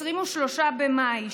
23 במאי,